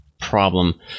problem